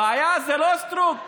הבעיה היא לא סטרוק,